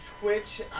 Twitch